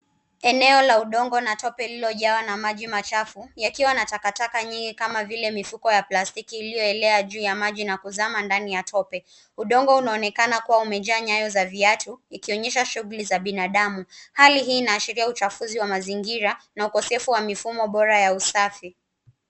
Eneo la udongo na tope lililojawa na maji machafu yakiwa na takataka nyingi kama vile mifuko ya plastiki iliyoelea juu ya maji na kuzama ndani ya tope. Udongo unaonekana kuwa umejaa nyayo za viatu ikionyesha shughuli za binadamu. Hali hii inaashiria uchafuzi wa mazingira na ukosefu wa mifumo bora ya usafi.